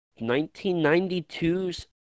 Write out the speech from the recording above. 1992's